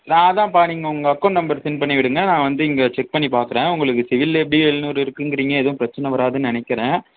நான் அதான்ம்பா நீங்கள் உங்கள் அக்கௌண்ட் நம்பர் சென்ட் பண்ணி விடுங்கள் நான் வந்து இங்கே செக் பண்ணி பார்க்குறேன் உங்களுக்கு சிபிலில் எப்படியும் எழுநூறு இருக்கும்ங்கிறீங்க எதுவும் பிரச்சனை வராதுன்னு நெனைக்கிறேன்